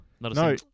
No